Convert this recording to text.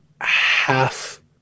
half